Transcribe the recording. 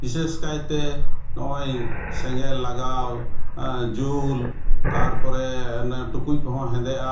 ᱵᱤᱥᱮᱥ ᱠᱟᱭᱛᱮ ᱱᱚᱜᱼᱚᱸᱭ ᱥᱮᱸᱜᱮᱞ ᱞᱟᱜᱟᱣ ᱡᱩᱞ ᱛᱟᱨᱯᱚᱨᱮ ᱚᱱᱮ ᱴᱩᱠᱩᱡ ᱠᱚᱦᱚᱸ ᱦᱮᱸᱫᱮᱜᱼᱟ